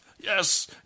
yes